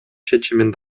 чечимин